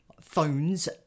phones